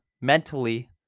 mentally